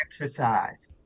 exercise